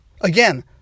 Again